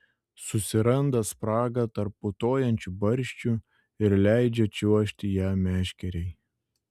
susiranda spragą tarp putojančių barščių ir leidžia čiuožti ja meškerei